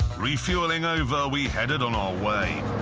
refuelling over, we headed on our way.